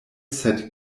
sed